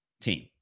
team